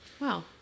Wow